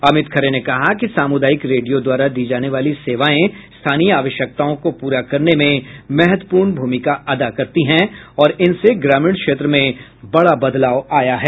अमित खरे ने कहा कि सामुदायिक रेडियो द्वारा दी जाने वाली सेवायें स्थानीय आवश्यकताओं को पूरा करने में महत्वपूर्ण भूमिका अदा करती हैं और इनसे ग्रामीण क्षेत्र में बड़ा बदलाव आया है